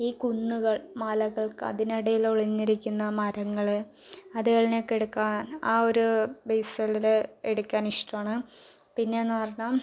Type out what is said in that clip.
ഈ കുന്നുകൾ മലകൾ അതിനിടയിൽ ഒളിഞ്ഞിരിക്കുന്ന മരങ്ങൾ അതുകളിനെ ഒക്കെ എടുക്കാൻ ആ ഒരു ബേസിൽ എടുക്കാൻ ഇഷ്ടമാണ് പിന്നെ എന്നു പറഞ്ഞാൽ